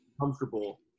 comfortable